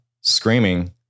screaming